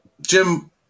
Jim